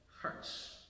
hurts